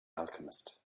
alchemist